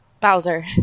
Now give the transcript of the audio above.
Bowser